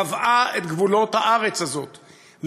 קבעה את גבולות הארץ הזאת,